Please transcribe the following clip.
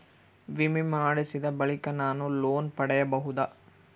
ವಿಮೆ ಮಾಡಿಸಿದ ಬಳಿಕ ನಾನು ಲೋನ್ ಪಡೆಯಬಹುದಾ?